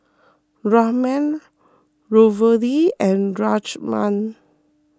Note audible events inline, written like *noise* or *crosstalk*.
*noise* Ramen Ravioli and Rajma